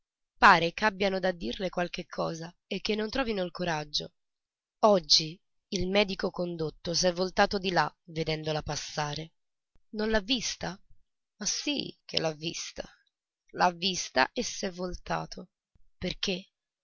pare che abbiano da dirle qualche cosa e non ne trovino il coraggio oggi il medico condotto s'è voltato di là vedendola passare non l'ha vista ma sì che l'ha vista l'ha vista e s'è voltato perché